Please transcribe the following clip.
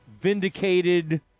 vindicated